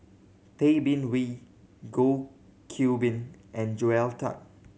Tay Bin Wee Goh Qiu Bin and Joel Tan